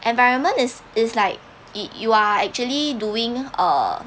environment is it's like you are actually doing err